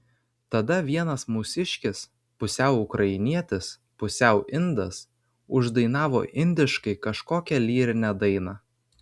tada vienas mūsiškis pusiau ukrainietis pusiau indas uždainavo indiškai kažkokią lyrinę dainą